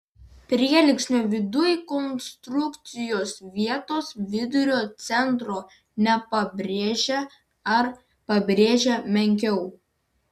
prielinksnio viduj konstrukcijos vietos vidurio centro nepabrėžia ar pabrėžia menkiau